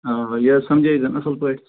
یہِ حظ سَمجٲے زَن اصٕل پٲٹھۍ